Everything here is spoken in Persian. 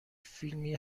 فیلمی